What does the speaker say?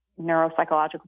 neuropsychological